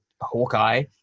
hawkeye